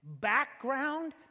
background